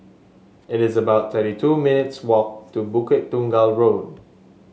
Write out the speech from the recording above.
it is about thirty two minutes' walk to Bukit Tunggal Road